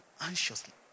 anxiously